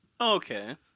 Okay